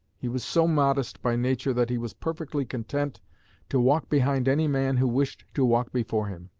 he was so modest by nature that he was perfectly content to walk behind any man who wished to walk before him.